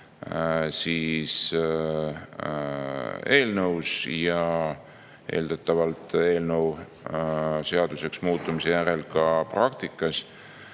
eelnõus ja eeldatavalt eelnõu seaduseks muutumise järel ka praktikas.